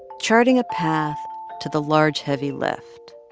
charting a path to the large heavy lift,